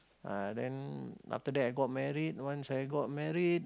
uh then after that I got married once I got married